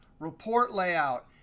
report layout,